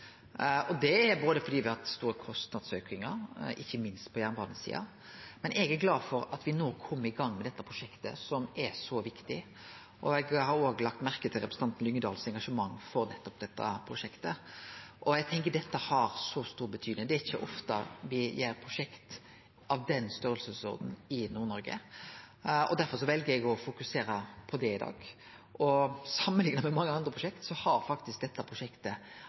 Det er fordi me har hatt store kostnadsaukar, ikkje minst på jernbanesida. Men eg er glad for at me no kjem i gang med dette prosjektet, som er så viktig. Eg har òg lagt merke til representanten Lyngedal sitt engasjement for nettopp dette prosjektet. Eg tenkjer at dette har stor betydning. Det er ikkje ofte det er prosjekt i den størrelsesordenwn i Nord-Noreg. Derfor vel eg å fokusere på det i dag. Samanlikna med mange andre prosjekt har dette prosjektet